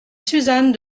suzanne